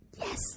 yes